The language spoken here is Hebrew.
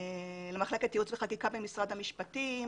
למחלקת ייעוץ וחקיקה במשרד המשפטים,